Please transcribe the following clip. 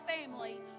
family